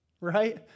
right